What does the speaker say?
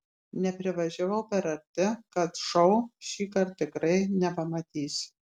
neprivažiavau per arti tad šou šįkart tikrai nepamatysiu